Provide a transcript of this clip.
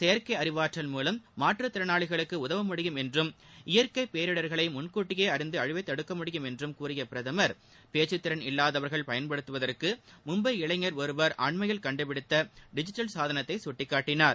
செயற்கை அறிவாற்றல் மூலம் மாற்றுத் திறனாளிகளுக்கு உதவ முடியும் என்றும் இயற்கை பேரிடர்களை முன்கூட்டியே அறிந்து அழிவைத் தடுக்க முடியும் என்றும் கூறிய பிரதமர் பேச்கத்திறன் இல்லாதவர்கள் பயன்படுத்துவதற்கு மும்பை இளைஞர் ஒருவர் அண்மையில் கண்டுபிடித்த டிஜிட்டல் சாதனத்தை சுட்டிக்காட்டினார்